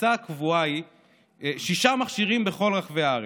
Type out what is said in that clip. הפריסה הקבועה היא שישה מכשירים בכל רחבי הארץ.